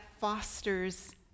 fosters